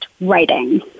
writing